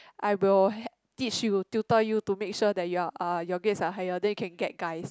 I will help teach you tutor you to make sure that you're uh your grades are higher then you can get guys